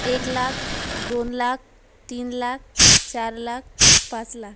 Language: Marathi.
एक लाख दोन लाख तीन लाख चार लाख पाच लाख